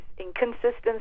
inconsistencies